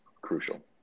crucial